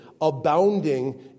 abounding